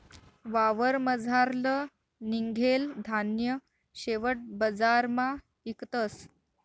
वावरमझारलं निंघेल धान्य शेवट बजारमा इकतस